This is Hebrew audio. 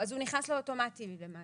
לא, אז הוא נכנס לאוטומטי למעשה.